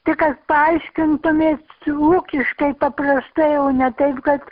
tik kad paaiškintumėt ūkiškai paprastai o ne taip kad